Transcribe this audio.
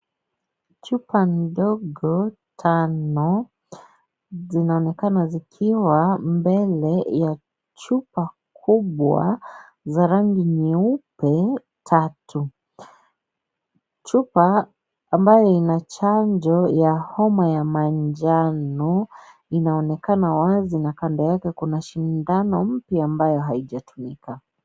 Chupa ndogo tano zinaonekana zikiwa mbele ya chupa kubwa za rangi nyeupe tatu. Chupa ambayo ina chanjo ya homa ya manjano inaonekana wazi na kando yake kuna sindano mpya ambayo haijatumika.